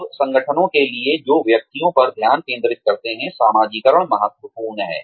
अब संगठनों के लिए जो व्यक्तियों पर ध्यान केंद्रित करते हैं समाजीकरण महत्वपूर्ण है